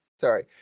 Sorry